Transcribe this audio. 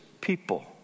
people